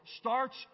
starts